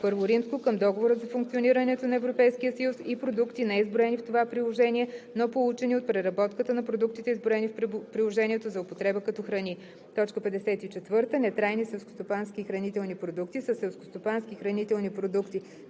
приложение I към Договора за функционирането на Европейския съюз, и продукти, неизброени в това приложение, но получени от преработката на продуктите, изброени в приложението, за употреба като храни. 54. „Нетрайни селскостопански и хранителни продукти“ са селскостопански и хранителни продукти,